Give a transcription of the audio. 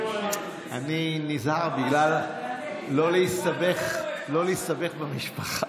אני נזהר לא להסתבך עם שם המשפחה.